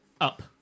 Up